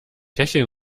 hecheln